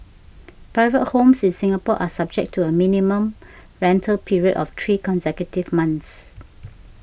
private homes in Singapore are subject to a minimum rental period of three consecutive months